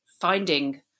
finding